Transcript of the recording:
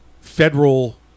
federal